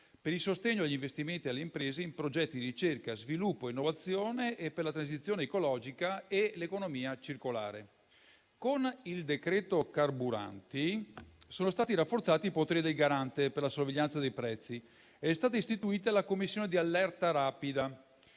per il sostegno agli investimenti alle imprese in progetti di ricerca, sviluppo, innovazione e per la transizione ecologica e l'economia circolare. Con il decreto-legge cosiddetto carburanti sono stati rafforzati i poteri del Garante per la sorveglianza dei prezzi ed è stata istituita la commissione di allerta rapida